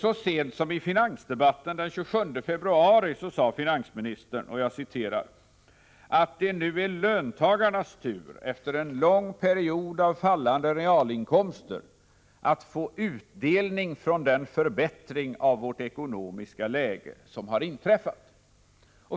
Så sent som i finansdebatten den 27 februari sade finansministern ”att det nu är löntagarnas tur, efter en lång period av fallande realinkomster, att få utdelning från den förbättring av vårt ekonomiska läge som har inträffat.